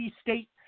State